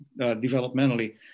developmentally